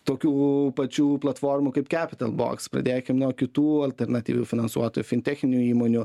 tokių pačių platformų kaip capitalbox pradėkim nuo kitų alternatyvių finansuotujų fintechninių įmonių